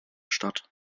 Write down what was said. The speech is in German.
statt